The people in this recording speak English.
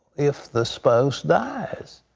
if the spouse dies.